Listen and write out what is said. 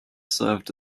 served